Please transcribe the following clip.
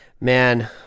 Man